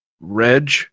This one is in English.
Reg